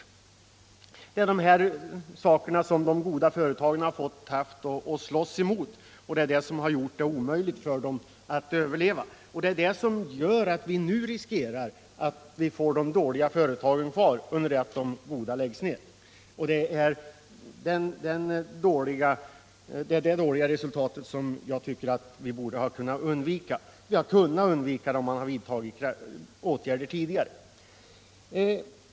Det är de här företeelserna som de goda företagen har haft att slåss emot, och det är det som har gjort det omöjligt för dem att överleva. Och detta gör att vi nu riskerar att få de dåliga företagen kvar under det att de goda läggs ned. Det är det dåliga resultatet som jag tycker att vi borde ha kunnat undvika —-om man hade vidtagit åtgärder tidigare.